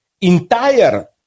entire